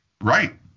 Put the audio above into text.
Right